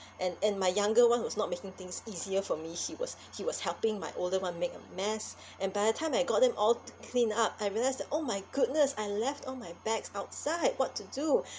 and and my younger [one] was not making things easier for me he was he was helping my older [one] make a mess and by the time I got them all cleaned up I realise that oh my goodness I left all my bags outside what to do